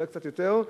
אולי קצת יותר,